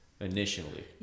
Initially